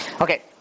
Okay